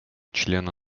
члена